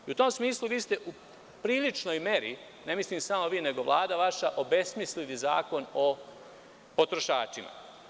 U tom smislu, vi ste u priličnoj meri, ne mislim samo vi, nego i vaša Vlada, obesmislili Zakon o potrošačima.